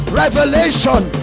revelation